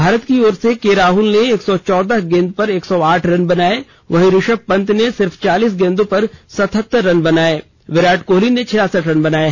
भारत की ओर से के राहुल ने एक सौ चौदह गेंद पर एक सौ आठ रन बनाये वहीं रिऋभ पंत ने सिर्फ चालीस गेंदों पर सतहत्तर रन बनाये विराट कोहली ने छियसठ रन बनाये